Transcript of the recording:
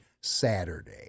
Saturday